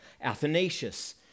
Athanasius